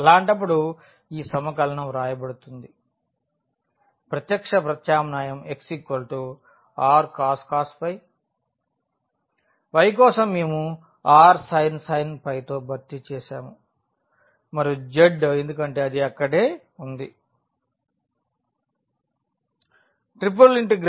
అలాంటప్పుడు ఈ సమకలనం వ్రాయబడుతుంది ప్రత్యక్ష ప్రత్యామ్నాయం x rcos y కోసం మేము rsin తో భర్తీ చేసాము మరియు z ఎందుకంటే అది అక్కడే ఉంది